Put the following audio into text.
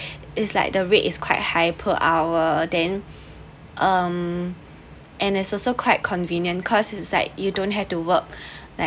is like the rate is quite high per hour then um and it's also quite convenient cause it's like you don't have to work like